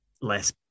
less